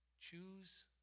Choose